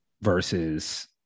versus